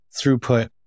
throughput